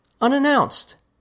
unannounced